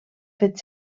fet